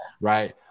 right